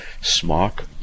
smock